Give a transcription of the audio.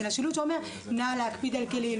אלא שילוט שאומר: נא להקפיד על כלים,